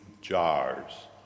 jars